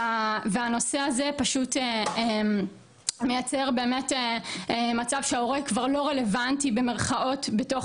והנושא הזה פשוט מייצר באמת מצב שההורה כבר לא רלוונטי במירכאות בתוך